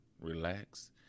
relax